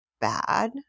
bad